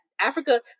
Africa